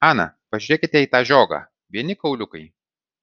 ana pažiūrėkite į tą žiogą vieni kauliukai